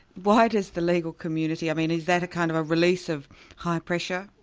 why does the legal community i mean is that a kind of a release of high pressure?